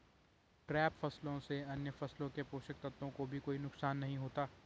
trap फसलों से अन्य फसलों के पोषक तत्वों को भी कोई नुकसान नहीं होता